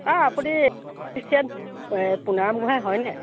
অঁ আপুনি ইচেন পোনাৰাম গোহাঁই হয়নে